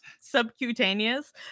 subcutaneous